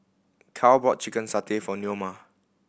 Carl bought chicken satay for Neoma